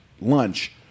lunch